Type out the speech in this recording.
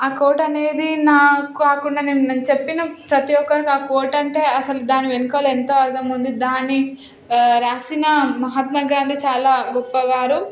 ఆ కోట్ అనేది నాకు కాకుండా నేను చెప్పిన ప్రతీ ఒక్కరికీ ఆ కోట్ అంటే అసలు దాని వెనకాల ఎంత అర్థం ఉంది దాన్ని వ్రాసిన మహాత్మా గాంధీ చాలా గొప్పవారు